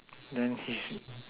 then is